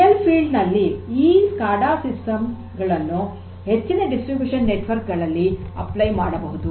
ನೈಜ ಕ್ಷೇತ್ರದಲ್ಲಿ ಈ ಸ್ಕಾಡಾ ಸಿಸ್ಟಮ್ ಗಳನ್ನು ಹೆಚ್ಚಿನ ಡಿಸ್ಟ್ರಿಬ್ಯುಶನ್ ನೆಟ್ವರ್ಕ್ ಗಳಲ್ಲಿ ಅನ್ವಯಿಸಬಹುದು